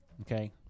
Okay